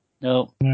No